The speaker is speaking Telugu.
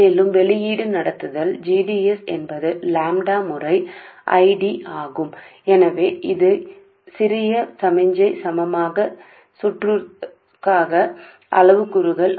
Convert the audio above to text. మరియు అవుట్పుట్ డిస్టాక్షన్ GDR లు లాంబ్డా టైమ్స్ ఐ డి కాబట్టి ఇవి చిన్న సిగ్నల్ సమానమైన సర్క్యూట్ యొక్క పారామితులు